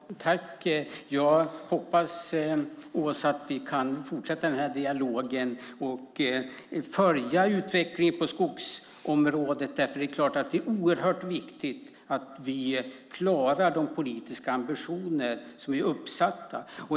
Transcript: Fru talman! Jag hoppas att vi kan fortsätta den här dialogen och följa utvecklingen på skogsområdet. Det är oerhört viktigt att vi klarar de politiska ambitionerna.